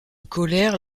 colère